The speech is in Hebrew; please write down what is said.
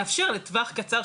אנחנו נאפשר לטווח קצר,